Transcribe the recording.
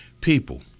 People